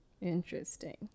Interesting